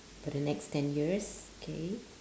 for the next ten years K